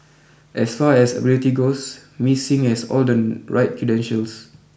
as far as ability goes Ms Sing has all the right credentials